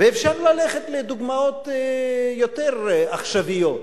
ואפשר ללכת לדוגמאות יותר עכשוויות.